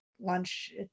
lunch